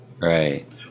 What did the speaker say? right